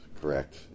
correct